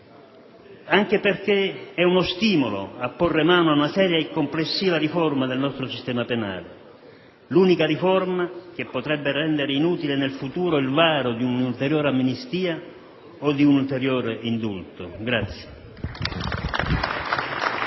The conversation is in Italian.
rappresenta uno stimolo a porre mano ad una seria e complessiva riforma del nostro sistema penale: l'unica riforma che potrebbe rendere inutile nel futuro il varo di un'ulteriore amnistia o di un ulteriore indulto. *(Applausi